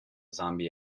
zombie